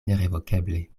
nerevokeble